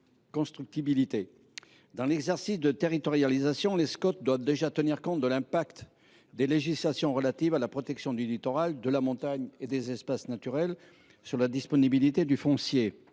Dans l’exercice de territorialisation, les Scot doivent déjà tenir compte de l’impact des législations relatives à la protection du littoral, de la montagne et des espaces naturels sur la disponibilité du foncier.